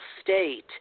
state